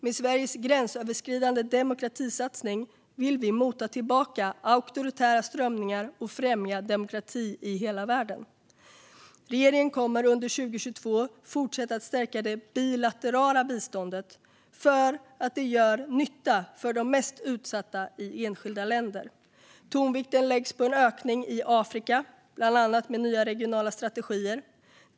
Med Sveriges gränsöverskridande demokratisatsning vill vi mota tillbaka auktoritära strömningar och främja demokrati i hela världen. Regeringen kommer under 2022 att fortsätta stärka det bilaterala biståndet, eftersom det gör nytta för de mest utsatta i enskilda länder. Tonvikten läggs på en ökning i Afrika, bland annat med nya regionala strategier.